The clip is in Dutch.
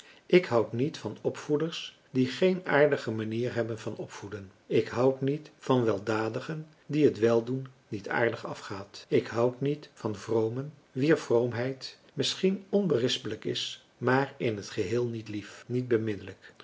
ik houd niet van opvoeders die geen aardige manier hebben van opvoeden ik houd niet van weldadigen dien het weldoen niet aardig afgaat ik houd niet van vromen wier vroomheid misschien onberispelijk is maar in het geheel niet lief niet beminnelijk